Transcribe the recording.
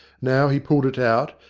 now he pulled it out,